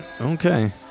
Okay